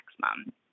maximum